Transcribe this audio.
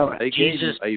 Jesus